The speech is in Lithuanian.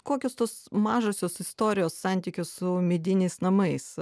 kokios tos mažosios istorijos santykiu su mediniais namais